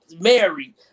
married